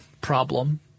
problem